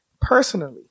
Personally